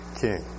king